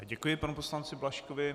Děkuji panu poslanci Blažkovi.